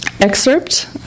excerpt